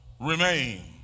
Remain